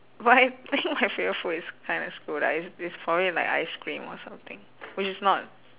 but I think my favourite food is kinda screwed ah it's it's probably like ice cream or something which is not